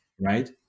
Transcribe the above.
right